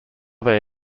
they